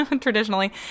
traditionally